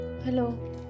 Hello